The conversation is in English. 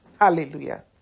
Hallelujah